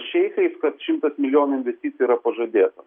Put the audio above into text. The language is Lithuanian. šeichais kad šimtas milijonų investicijų yra pažadėta